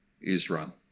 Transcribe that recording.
Israel